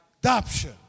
adoption